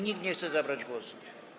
Nikt nie chce zabrać głosu?